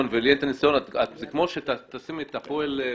ולי אין את הניסיון זה כמו שתשימי את הפועל מפלסים,